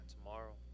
Tomorrow